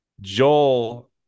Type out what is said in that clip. Joel